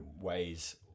ways